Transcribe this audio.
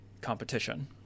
competition